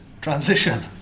transition